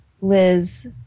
Liz